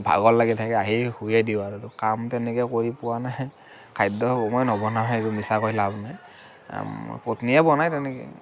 ভাগৰ লাগি থাকে আহিয়ে শুইয়ে দিওঁ আৰু কাম তেনেকে কৰি পোৱা নাই খাদ্য মই নবনাও সেইবোৰ মিছা কৈ লাভ নাই পত্নীয়ে বনাই তেনেকে